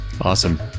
Awesome